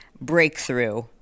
breakthrough